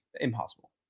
impossible